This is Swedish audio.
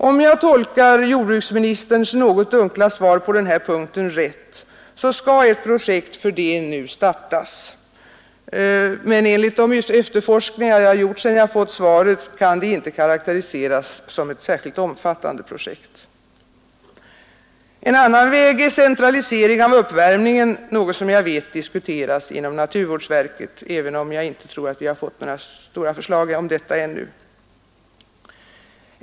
Om jag tolkar jordbruksministerns något dunkla svar på denna punkt rätt, så skall ett projekt för detta nu startas, men enligt de efterforskningar jag gjort sedan jag fått svaret kan de dock inte karakteriseras som ett särskilt omfattande projekt. En annan väg är centralisering av uppvärmningen, något som jag vet diskuteras inom naturvårdsverket, även om jag inte tror att vi har fått några stora förslag om detta ännu.